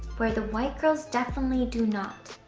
where the white girls definitely do not.